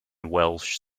welsh